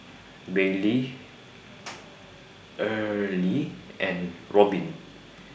Bailee Earlie and Robyn